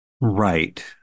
Right